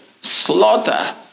slaughter